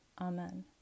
Amen